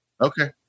Okay